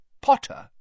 Potter